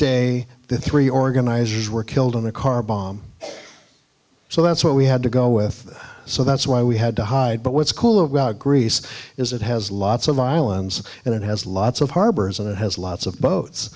day the three organizers were killed in a car bomb so that's what we had to go with so that's why we had to hide but what's cool about greece is it has lots of violence and it has lots of harbors and it has lots of boats